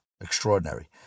extraordinary